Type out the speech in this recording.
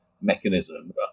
mechanism